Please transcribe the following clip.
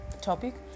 topic